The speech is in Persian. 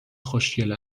خوشگل